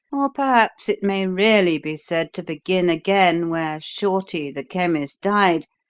or perhaps it may really be said to begin again where shorty, the chemist, died,